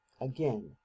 Again